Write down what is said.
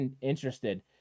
interested